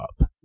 up